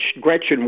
Gretchen